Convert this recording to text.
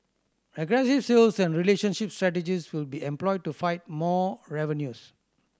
aggressive sales and relationship strategies will be employed to fight more revenues